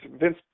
Vince